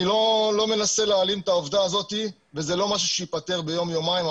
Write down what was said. אני לא מנסה להעלים את העובדה הזאת וזה לא משהו שייפתר ביום יומיים.